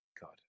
God